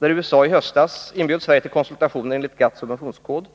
USA inbjöd i höstas Sverige till konsultationer enligt GATT:s subventionskod.